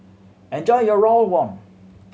enjoy your rawon